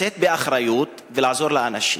לשאת באחריות ולעזור לאנשים.